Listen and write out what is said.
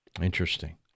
Interesting